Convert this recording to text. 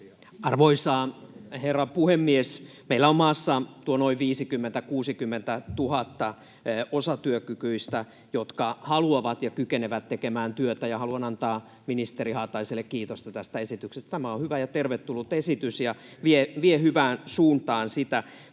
Arvoisa herra puhemies! Meillä on maassa noin 50 000—60 000 osatyökykyistä, jotka haluavat ja kykenevät tekemään työtä, ja haluan antaa ministeri Haataiselle kiitosta tästä esityksestä. Tämä on hyvä ja tervetullut esitys ja vie hyvään suuntaan sitä.